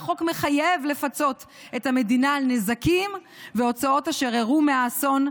והחוק מחייב את המדינה לפצות על נזקים והוצאות אשר אירעו מהאסון,